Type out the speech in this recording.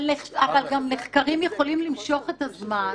אבל נחקרים יכולים למשוך את הזמן.